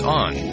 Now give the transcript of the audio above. on